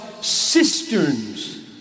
cisterns